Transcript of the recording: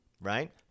right